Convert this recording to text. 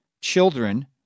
children